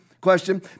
question